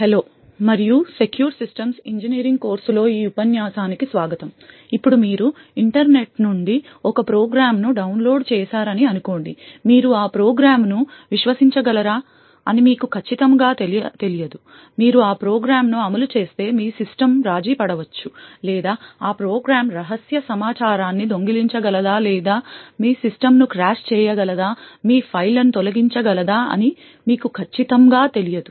hello మరియు secure systems engineering కోర్సులో ఈ ఉపన్యాసానికి స్వాగతం ఇప్పుడు మీరు ఇంటర్నెట్ నుండి ఒక ప్రోగ్రామ్ను డౌన్లోడ్ చేశారని అనుకోండి మీరు ఆ ప్రోగ్రామ్ను విశ్వసించగలరా అని మీకు ఖచ్చితంగా తెలియదు మీరు ఆ ప్రోగ్రామ్ను అమలు చేస్తే మీ సిస్టమ్ రాజీపడవచ్చు లేదా ఆ ప్రోగ్రామ్ రహస్య సమాచారాన్ని దొంగిలించగలదా లేదా మీ సిస్టమ్ను క్రాష్ చేయగలదా మీ ఫైల్లను తొలగించగలదా అని మీకు ఖచ్చితంగా తెలియదు